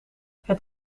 het